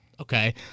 okay